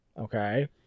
Okay